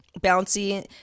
bouncy